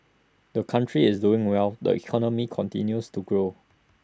the country is doing well the economy continues to grow